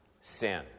sin